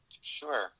Sure